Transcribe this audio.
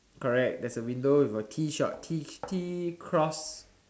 correct there's a window with T shop T T cross